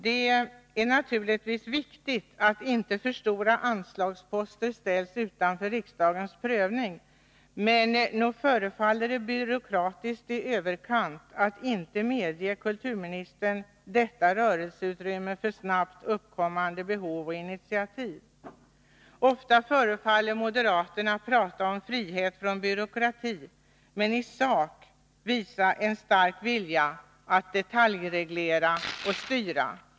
Det är naturligtvis viktigt att inte för stora anslagsposter ställs utanför riksdagens prövning, men nog förefaller det byråkratiskt i överkant att inte medge kulturministern detta rörelseutrymme för snabbt uppkommande behov och initiativ. Ofta förefaller moderaterna prata om frihet från byråkrati men i sak visa en stark vilja att detaljreglera och styra.